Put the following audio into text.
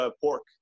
pork